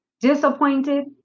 disappointed